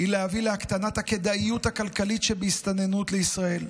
היא להביא להקטנת הכדאיות הכלכלית שבהסתננות לישראל,